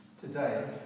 today